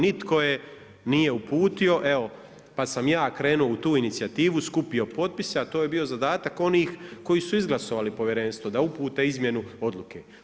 Nitko je nije uputio, evo pa sam ja krenuo u tu inicijativu, skupio potpise, a to je bio zadatak onih koji su izglasali povjerenstvo, da upute izmjenu odluke.